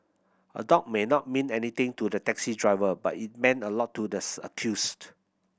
a dog may not mean anything to the taxi driver but it meant a lot to the accused